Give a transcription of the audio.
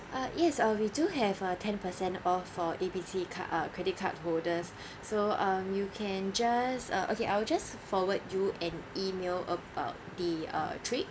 uh yes uh we do have a ten percent off for A_B_C card uh credit card holders so um you can just uh okay I will just forward you an email about the uh trip